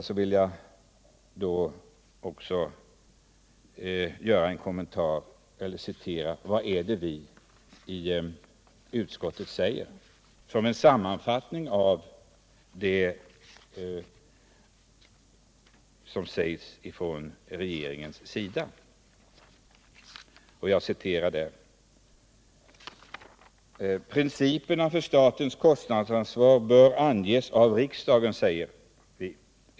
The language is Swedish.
Jag vill då också citera vad vi säger i utskottet som en sammanfattning av det som sägs från regeringens sida: ”Principerna för statens kostnadsansvar bör anges av riksdagen.